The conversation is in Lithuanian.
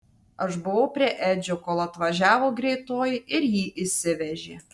aš pabuvau prie edžio kol atvažiavo greitoji ir jį išsivežė